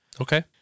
Okay